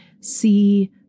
see